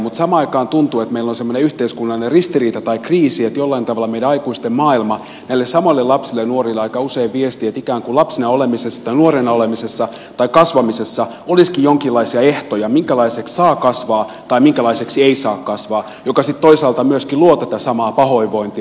mutta samaan aikaan tuntuu että meillä on semmoinen yhteiskunnallinen ristiriita tai kriisi että jollain tavalla meidän aikuisten maailma näille samoille lapsille ja nuorille aika usein viestii että ikään kuin lapsena tai nuorena olemisessa tai kasvamisessa olisikin jonkinlaisia ehtoja minkälaiseksi saa kasvaa tai minkälaiseksi ei saa kasvaa mikä sitten toisaalta myöskin luo tätä samaa pahoinvointia